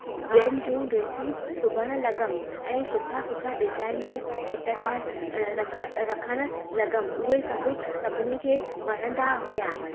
ॿियनि जियूं ड्रेसियूं सिबण लॻियमि ऐं सुठा सुठा डिजाइनियूं पैटन रखण लॻियमि उहे सभु सभिनी खें वणंदा हुआ